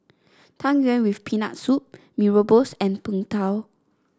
Tang Yuen with Peanut Soup Mee Rebus and Png Tao